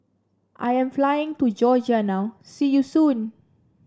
I am flying to Georgia now see you soon